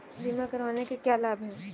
बीमा करवाने के क्या क्या लाभ हैं?